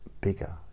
bigger